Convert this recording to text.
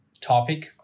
topic